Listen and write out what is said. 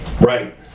Right